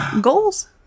Goals